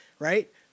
Right